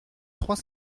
trois